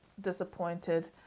disappointed